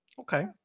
Okay